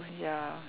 oh ya